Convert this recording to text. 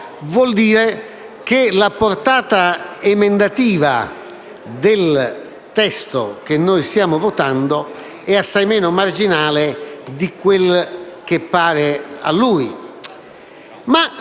significa che la portata emendativa del testo che noi stiamo votando è assai meno marginale di quello che pare a lui.